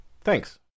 Thanks